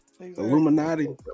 Illuminati